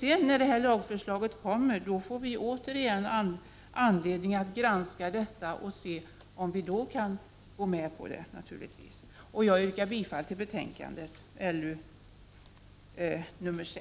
När lagförslaget väl har kommit får vi återigen anledning att granska frågan och se om vi kan gå med på detta. Jag yrkar bifall till utskottets hemställan i lagutskottets betänkande LU6.